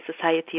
Society